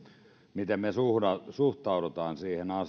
miten me suhtaudumme suhtaudumme